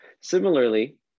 Similarly